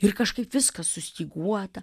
ir kažkaip viskas sustyguota